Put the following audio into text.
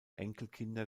enkelkinder